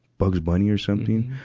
bugs bunny or something.